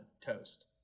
toast